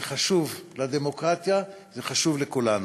זה חשוב לדמוקרטיה, זה חשוב לכולנו.